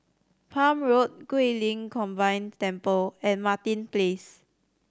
Palm Road Guilin Combined Temple and Martin Place